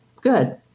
good